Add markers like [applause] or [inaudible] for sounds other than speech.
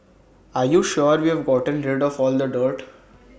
are you sure we've gotten rid for all the dirt [noise]